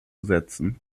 setzen